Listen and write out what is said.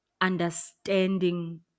understanding